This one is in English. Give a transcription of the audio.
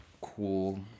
cool